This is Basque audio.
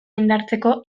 indartzeko